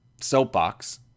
soapbox